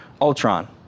Ultron